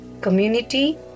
community